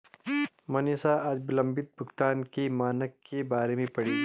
मनीषा आज विलंबित भुगतान के मानक के बारे में पढ़ेगी